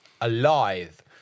alive